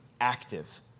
active